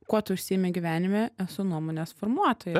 kuo tu užsiimi gyvenime esu nuomonės formuotoja